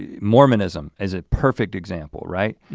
and mormonism is a perfect example right?